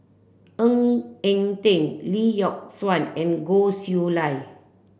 Ng Eng Teng Lee Yock Suan and Goh Chiew Lye